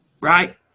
Right